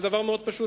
זה דבר מאוד פשוט.